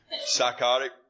psychotic